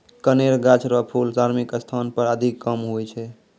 कनेर गाछ रो फूल धार्मिक स्थान पर अधिक काम हुवै छै